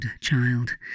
child